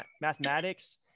mathematics